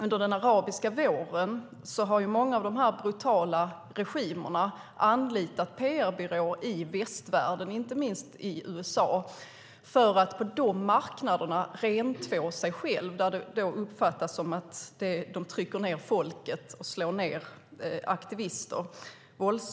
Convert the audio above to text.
Under den arabiska våren har många av dessa brutala regimer anlitat PR-byråer i västvärlden, inte minst i USA, för att på de marknaderna rentvå sig själva från uppfattningen att de trycker ned folket och slår ned aktivister med våld.